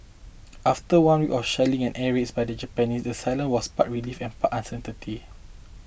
after one week of shelling and air raids by the Japanese the silence was part relief and part uncertainty